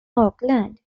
auckland